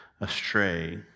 astray